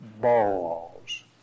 balls